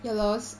he was